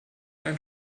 ein